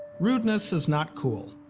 rudeness is not cool.